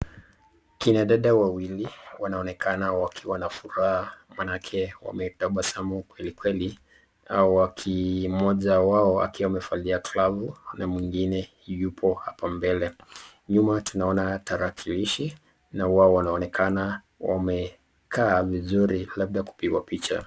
Kina dada wawili wanaoneka wanafuka manake wametapasamu kweli kweli akiwa moja wao amevalia glavu, na mwingine hupo hapa mbele nyuma tunaona darakilishi na wao wanaonekana wamekaa vizuri labda kupikwa picha.